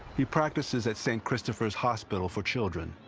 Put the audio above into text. he practices at st. christopher's hospital for children,